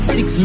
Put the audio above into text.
Six